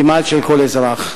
כמעט של כל אזרח.